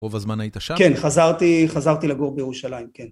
רוב הזמן היית שם? כן, חזרתי לגור בירושלים, כן.